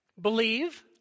believe